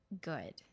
good